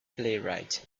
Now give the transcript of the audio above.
playwright